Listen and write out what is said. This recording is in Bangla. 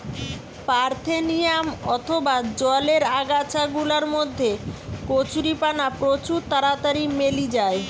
পারথেনিয়াম অথবা জলের আগাছা গুলার মধ্যে কচুরিপানা প্রচুর তাড়াতাড়ি মেলি যায়